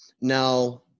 Now